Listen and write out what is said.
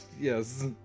Yes